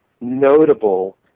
notable